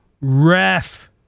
ref